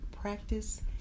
practice